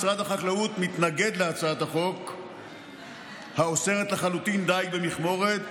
משרד החקלאות מתנגד להצעת החוק האוסרת לחלוטין דיג במכמורת,